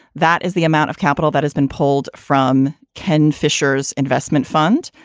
that is the amount of capital that has been pulled from ken fishers investment fund.